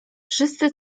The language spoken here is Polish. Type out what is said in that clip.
wszyscy